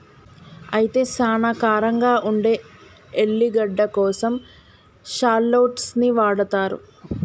అయితే సానా కారంగా ఉండే ఎల్లిగడ్డ కోసం షాల్లోట్స్ ని వాడతారు